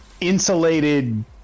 insulated